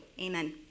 Amen